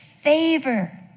favor